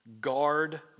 guard